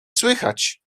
słychać